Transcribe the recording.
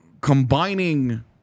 combining